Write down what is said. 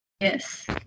Yes